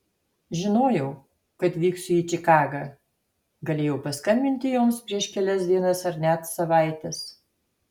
žinojau kad vyksiu į čikagą galėjau paskambinti joms prieš kelias dienas ar net savaites